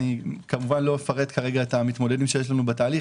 כמובן לא אפרט כרגע על המתמודדים שיש לנו בתהליך